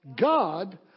God